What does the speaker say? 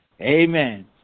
Amen